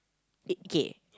big okay